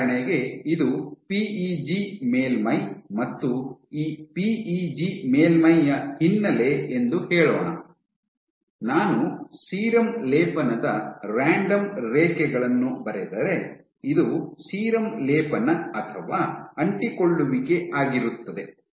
ಉದಾಹರಣೆಗೆ ಇದು ಪಿಇಜಿ ಮೇಲ್ಮೈ ಮತ್ತು ಈ ಪಿಇಜಿ ಮೇಲ್ಮೈಯ ಹಿನ್ನೆಲೆ ಎಂದು ಹೇಳೋಣ ನಾನು ಸೀರಮ್ ಲೇಪನದ ರಾಂಡಮ್ ರೇಖೆಗಳನ್ನು ಬರೆದರೆ ಇದು ಸೀರಮ್ ಲೇಪನ ಅಥವಾ ಅಂಟಿಕೊಳ್ಳುವಿಕೆ ಆಗಿರುತ್ತದೆ